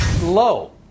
low